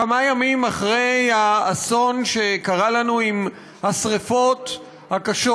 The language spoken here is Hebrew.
כמה ימים אחרי האסון שקרה לנו עם השרפות הקשות,